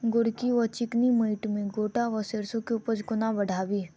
गोरकी वा चिकनी मैंट मे गोट वा सैरसो केँ उपज कोना बढ़ाबी?